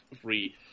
free